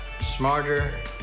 smarter